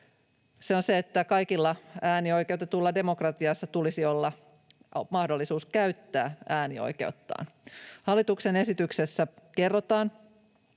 Se on se, että kaikilla äänioikeutetuilla demokratiassa tulisi olla mahdollisuus käyttää äänioikeuttaan. Hallituksen esityksessä kerrotaan,